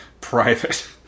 private